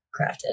crafted